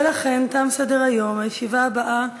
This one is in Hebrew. ולכן, תם סדר-היום, הישיבה הבאה תתקיים,